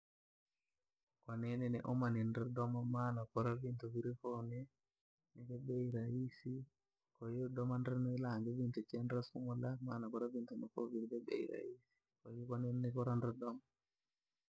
Kwa nene neumane ndoo domo maana kuna vintu virifoni ni vya bei rahisi. kwahiyo domandri ni langi vintu che ndrisumula, maana bora vintu konoviri bei rahisi. Kwahiyo, kwanene bora ndri domo.